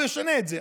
הוא ישנה את זה.